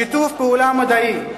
שיתוף פעולה מדעי,